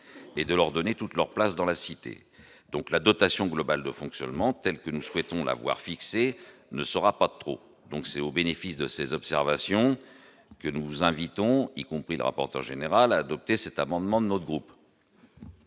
et de leur donner toute leur place dans la cité, donc, la dotation globale de fonctionnement, tels que nous souhaitons d'avoir fixé ne sera pas trop, donc c'est au bénéfice de ses observations que nous vous invitons, y compris le rapporteur général adopté cet amendement de notre groupe.